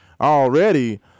already